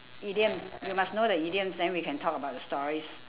idioms you must know the idioms then we can talk about the stories